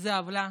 זו עוולה,